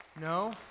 No